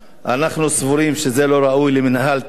אנחנו סבורים שזה לא ראוי למינהל תקין.